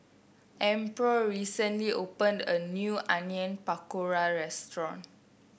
Amparo recently opened a new Onion Pakora restaurant